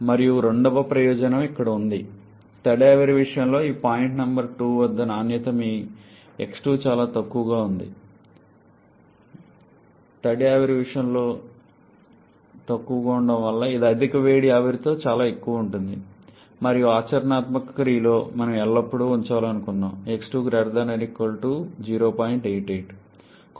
మరియు రెండవ ప్రయోజనం ఇక్కడ ఉంది తడి ఆవిరి విషయంలో ఈ పాయింట్ నంబర్ 2 వద్ద నాణ్యత మీ x2 చాలా తక్కువగా ఉంటుంది ఇది అధిక వేడి ఆవిరితో చాలా ఎక్కువగా ఉంటుంది మరియు ఆచరణాత్మక క్రియ లో మనము ఎల్లప్పుడూ ఉంచాలనుకుంటున్నాము